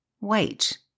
Wait